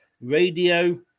radio